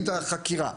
לחקירה.